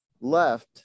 left